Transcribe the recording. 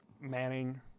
Manning